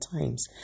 times